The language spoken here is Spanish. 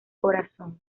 corazón